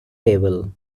table